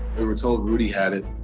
we were told rudy had it,